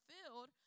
filled